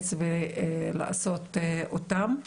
להתאמץ ולעשות אותן.